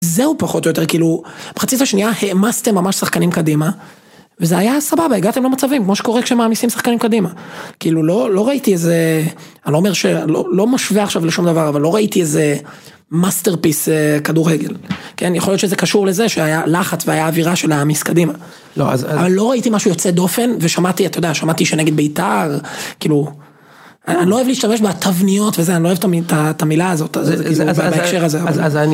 זהו פחות או יותר. כאילו, במחצית השנייה העמסתם ממש שחקנים קדימה, וזה היה סבבה, הגעתם למצבים. כמו שקורה כשמעמיסים שחקנים קדימה. כאילו, לא ראיתי איזה, אני לא אומר ש- לא משווה עכשיו לשום דבר, אבל לא ראיתי איזה מאסטרפיס כדורגל. כן? יכול להיות שזה קשור לזה שהיה לחץ והיה אווירה של להעמיס קדימה. לא אז לא ראיתי משהו יוצא דופן ושמעתי אתה יודע שמעתי שנגד ביתר. כאילו, אני לא אוהב להשתמש בתבניות וזה אני לא אוהב את המילה הזאת בהקשר הזה. אז אני